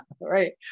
right